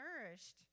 nourished